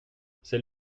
c’est